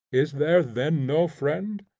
is there then no friend?